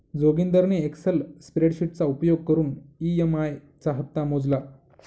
जोगिंदरने एक्सल स्प्रेडशीटचा उपयोग करून ई.एम.आई चा हप्ता मोजला